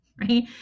right